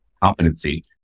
competency